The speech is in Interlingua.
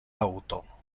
auto